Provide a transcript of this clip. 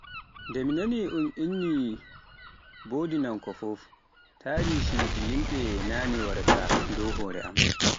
Nde mi naani un inni boodinnaako fuf, tariishiji yimɓe naane waraata dow hoore am.